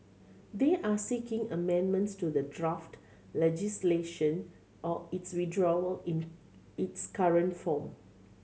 they are seeking amendments to the draft legislation or its withdrawal in its current form